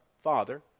father